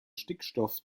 stickstoff